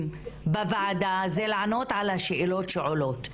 בוועדה זה לענות על השאלות שעולות.